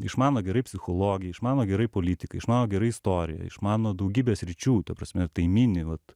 išmano gerai psichologiją išmano gerai politiką išmano gerai istoriją išmano daugybę sričių ta prasme ir tai mini vat